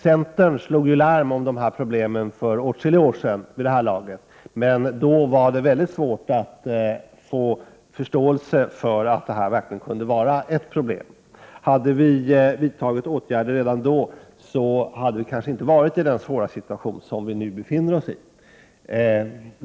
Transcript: Centern slog ju larm om den bekymmersamma situationen för åtskilliga år sedan, men då var det väldigt svårt att få förståelse för att detta verkligen kunde vara ett problem. Om vi hade vidtagit åtgärder redan då hade kanske inte den svåra situation som vi i dag befinner oss i behövt uppstå.